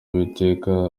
uwiteka